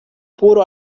puro